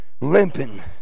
Limping